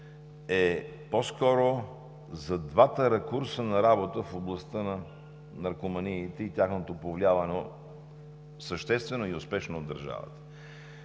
е по-скоро и за двата ракурса на работа в областта на наркоманиите и тяхното повлияване съществено и успешно от държавата.